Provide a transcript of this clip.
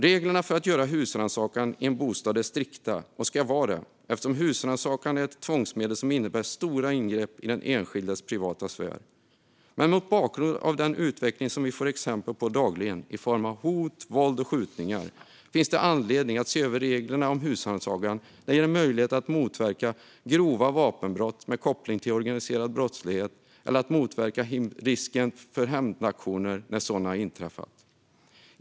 Reglerna för att göra husrannsakan i en bostad är strikta, och de ska vara det eftersom husrannsakan är ett tvångsmedel som innebär stora ingrepp i den enskildes privata sfär. Mot bakgrund av den utveckling som vi får exempel på dagligen i form av hot, våld och skjutningar finns det anledning att se över reglerna om husrannsakan när det gäller möjligheten att motverka grova vapenbrott med koppling till organiserad brottslighet eller att motverka risken för hämndaktioner när sådana har inträffat.